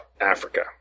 Africa